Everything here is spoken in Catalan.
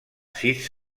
sis